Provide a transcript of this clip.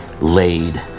laid